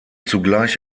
zugleich